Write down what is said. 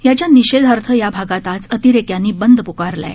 त्याच्या निषेधार्थ या भागात आज अतिरेक्यांनी बंद प्कारला आहे